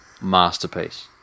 masterpiece